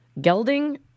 gelding